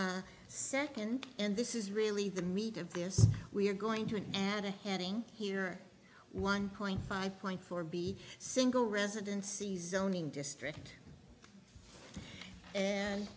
second and this is really the meat of this we are going to add a heading here one point five point four b single residencies zoning district and